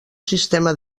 sistema